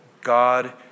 God